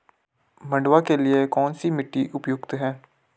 मंडुवा के लिए कौन सी मिट्टी उपयुक्त है?